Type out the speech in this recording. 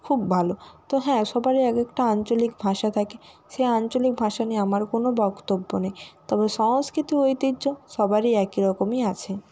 খুব ভালো তো হ্যাঁ সবারই এক একটা আঞ্চলিক ভাষা থাকে সে আঞ্চলিক ভাষা নিয়ে আমারও কোনো বক্তব্য নেই তবে সংস্কৃত ঐতিহ্য সবারই একই রকমই আছে